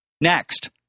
Next